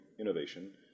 innovation